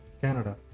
Canada